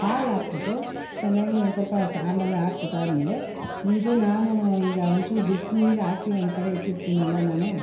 ಹಾಲು ಹಾಕ್ಬಿಟ್ಟು ಚೆನ್ನಾಗಿ ಒಂದು ಸ್ವಲ್ಪ ಹಾಕ್ಬಿಟ್ಟು ಆದ್ಮೇಲೆ ಇದು ನಾನು ಈಗ ಒಂಚೂರು ಬಿಸ್ನೀರುಹಾಕಿ ಒಂದು ಕಡೆ ಇಟ್ಟಿರ್ತೀನಲ್ಲ ನಾನು